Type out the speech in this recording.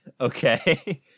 Okay